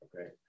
okay